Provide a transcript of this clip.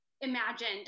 imagined